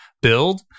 build